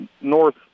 north